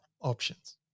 options